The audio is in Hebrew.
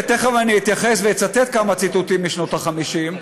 ותכף אני אתייחס ואצטט כמה ציטוטים משנות ה-50,